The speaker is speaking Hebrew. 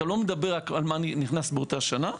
לא מדברים רק על מה נכנס באותה שנה.